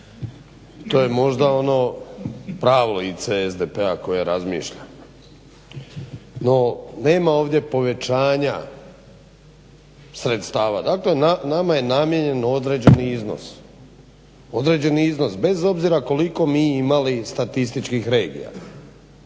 to je možda ono pravo lice SDP-a koje razmišlja. No, nema ovdje povećanja sredstava. Dakle, nama je namijenjen određeni iznos bez obzira koliko mi imali statističkih regija.